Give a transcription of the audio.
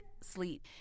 sleep